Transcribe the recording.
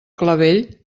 clavell